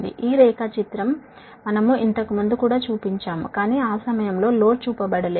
ఈ డయాగ్రమ్ మనం ఇంతకు ముందు కూడా చూపించాము కాని ఆ సమయంలో లోడ్ చూపబడలేదు